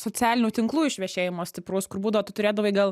socialinių tinklų išvešėjimo stipraus kur būdavo tu turėdavai gal